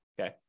Okay